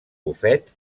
bufet